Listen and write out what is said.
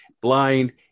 blind